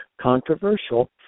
controversial